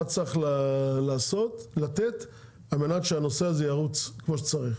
מה צריך לתת על מנת שהנושא הזה ירוץ כמו שצריך.